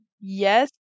yes